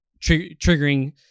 triggering